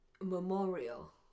Memorial